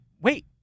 wait